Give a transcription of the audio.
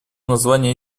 названия